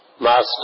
Master